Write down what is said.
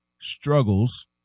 struggles